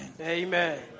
Amen